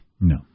No